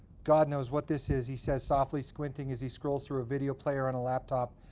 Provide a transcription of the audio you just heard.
god knows what this is, he says, softly squinting as he scrolls through a video player on a laptop.